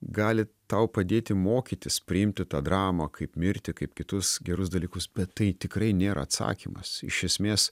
gali tau padėti mokytis priimti tą dramą kaip mirti kaip kitus gerus dalykus bet tai tikrai nėra atsakymas iš esmės